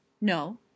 No